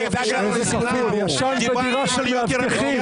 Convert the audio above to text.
קטי, הוא ישן בדירה של מאבטחים.